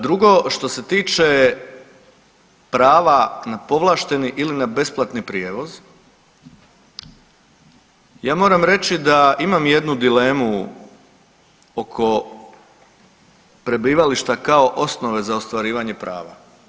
Drugo što se tiče prava na povlašteni ili na besplatni prijevoz ja moram reći da imam jednu dilemu oko prebivališta kao osnove za ostvarivanje prava.